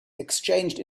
exchanged